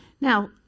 Now